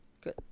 Good